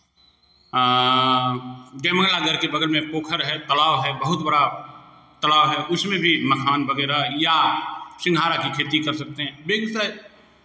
जयमंगला गढ़ के बगल में पोखर है तालाब है बहुत बड़ा तालाब है उसमें भी मखान वगैरह या सिंघाड़ा की खेती कर सकते हैं बेगूसराय